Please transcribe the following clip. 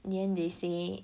in the end they say